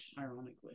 ironically